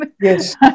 Yes